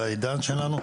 בעידון שלנו,